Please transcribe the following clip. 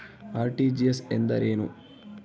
RTGS ಎಂದರೇನು?